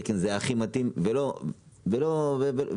זה היה הכי מתאים אבל זה לא התאפשר.